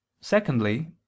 Secondly